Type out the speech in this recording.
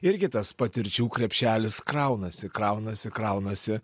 irgi tas patirčių krepšelis kraunasi kraunasi kraunasi